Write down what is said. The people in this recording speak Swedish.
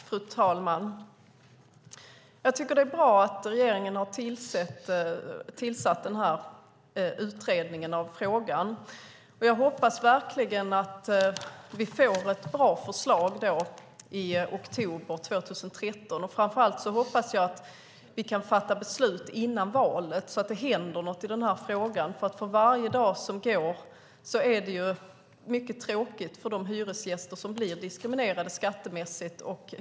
Fru talman! Jag tycker att det är bra att regeringen har tillsatt den här utredningen i frågan, och jag hoppas verkligen att vi får ett bra förslag i oktober 2013. Framför allt hoppas jag att vi kan fatta beslut före valet så att det händer något i den här frågan. För varje dag som går är det mycket tråkigt för de hyresgäster som blir diskriminerade skattemässigt.